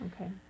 okay